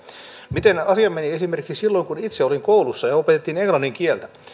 miten asia meni esimerkiksi silloin kun itse olin koulussa ja opetettiin englannin kieltä